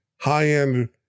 high-end